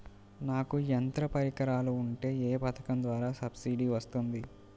నాకు యంత్ర పరికరాలు ఉంటే ఏ పథకం ద్వారా సబ్సిడీ వస్తుంది?